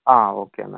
ആ ഓക്കെ എന്നാൽ